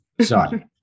sorry